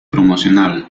promocional